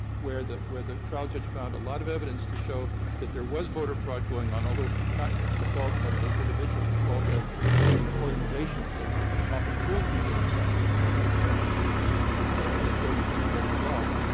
where the where the trial judge found a lot of evidence to show that there was voter fraud going on, although not the fault of the individuals, the fault of the organizations that often fool people into signing the form when they don't intend to or they don't intend to break the law